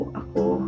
ako